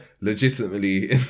legitimately